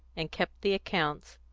and kept the accounts,